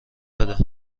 بده